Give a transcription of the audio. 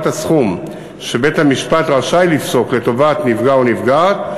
הסכום שבית-המשפט רשאי לפסוק לטובת נפגע או נפגעת,